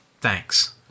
Thanks